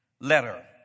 letter